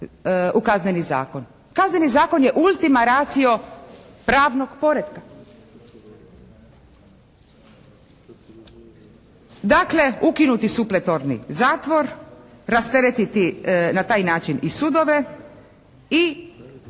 Kazneni zakon je ultimaracio pravnog poretka. Dakle ukinuti supletorni zatvor, rasteretiti na taj način i sudove i